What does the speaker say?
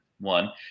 one